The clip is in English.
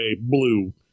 blue